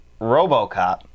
Robocop